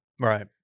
Right